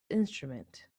instrument